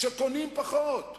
שקונים פחות,